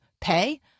pay